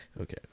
Okay